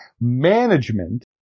management